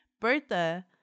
Bertha